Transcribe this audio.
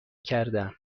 کردم